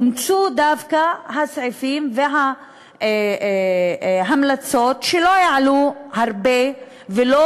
אומצו דווקא הסעיפים וההמלצות שלא יעלו הרבה ולא